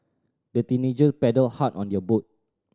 the teenager paddled hard on their boat